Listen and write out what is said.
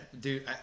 dude